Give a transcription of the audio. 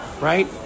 Right